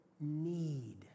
need